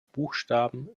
buchstaben